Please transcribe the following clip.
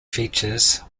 features